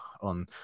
on